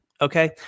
Okay